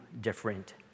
different